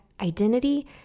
identity